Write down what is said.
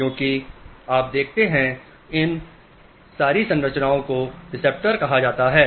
क्योंकि आप देखते हैं इन हरी संरचनाओं को रिसेप्टर्स कहा जाता है